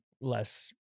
less